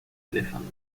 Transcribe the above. elefante